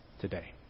today